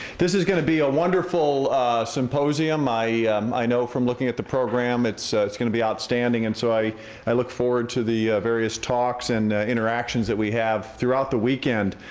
this is gonna be a wonderful symposium. i i know from looking at the program it's it's gonna be outstanding. and so, i i look forward to the various talks and interactions that we have throughout the weekend.